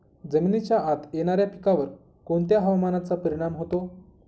जमिनीच्या आत येणाऱ्या पिकांवर कोणत्या हवामानाचा परिणाम होतो?